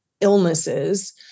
illnesses